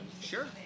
sure